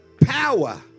power